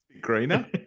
greener